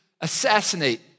assassinate